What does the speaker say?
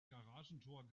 garagentor